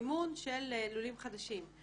למימון של לולים חדשים.